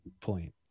point